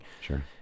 Sure